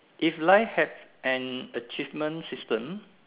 if life have an achievement system